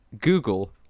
Google